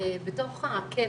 בתוך הקאפ,